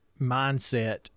mindset